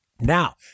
Now